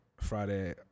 Friday